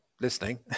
listening